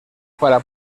para